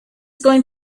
going